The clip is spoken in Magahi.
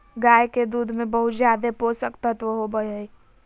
गाय के दूध में बहुत ज़्यादे पोषक तत्व होबई हई